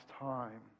time